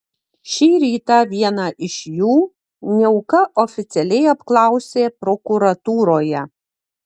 šį rytą vieną iš jų niauka oficialiai apklausė prokuratūroje